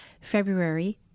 February